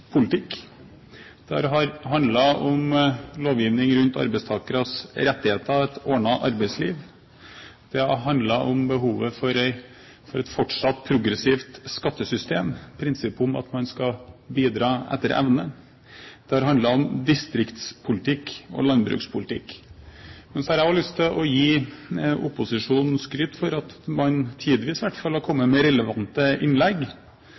politikk. Det har handlet om lovgivning rundt arbeidstakeres rettigheter og et ordnet arbeidsliv. Det har handlet om behovet for et fortsatt progressivt skattesystem; prinsippet om at man skal bidra etter evne. Det har handlet om distriktspolitikk og landbrukspolitikk. Men jeg har også lyst til å gi opposisjonen skryt for at man tidvis i hvert fall har kommet med relevante innlegg.